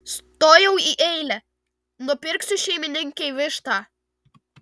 stojau į eilę nupirksiu šeimininkei vištą